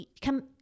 come